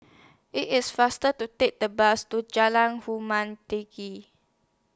IT IS faster to Take The Bus to Jalan Tinggi